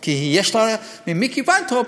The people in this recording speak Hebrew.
כי יש לה ממיקי ויינטרוב,